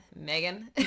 Megan